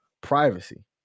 privacy